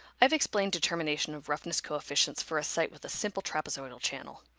i've explained determination of roughness coefficients for a site with a simple trapezoidal channel.